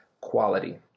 quality